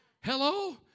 Hello